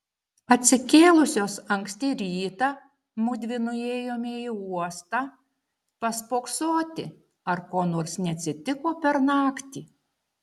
atsikėlusios anksti rytą mudvi nuėjome į uostą paspoksoti ar ko nors neatsitiko per naktį